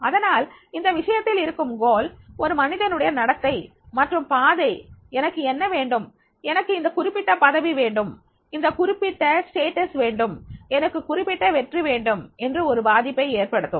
அதனால் இந்த விஷயத்தில் இருக்கும் குறிக்கோள் ஒரு மனிதனுடைய நடத்தை மற்றும் பாதை எனக்கு என்ன வேண்டும் எனக்கு இந்த குறிப்பிட்ட பதவி வேண்டும் இந்த குறிப்பிட்ட அந்தஸ்து வேண்டும் எனக்கு குறிப்பிட்ட வெற்றி வேண்டும் என்று ஒரு பாதிப்பை ஏற்படுத்தும்